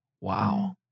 Wow